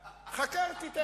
להחזיר, רק לא יצא לו.